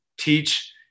teach